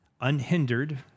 unhindered